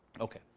Okay